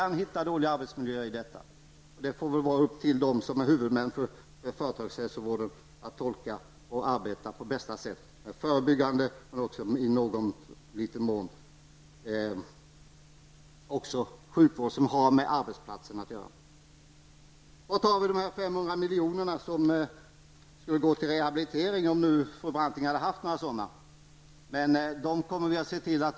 Man kan hitta dåliga arbetsmiljöer. Det får vara upp till dem som är huvudmän för företagshälsovården att tolka och på bästa sätt arbeta med förebyggande vård och även i någon liten mån med sådan sjukvård som har med arbetsplatsen att göra. De 500 milj.kr. som skulle gå till rehabilitering, om fru Branting hade haft de medlen, skall vi ta fram.